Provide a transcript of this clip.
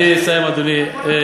נא לסיים, אדוני.